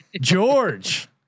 George